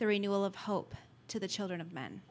the renewal of hope to the children of men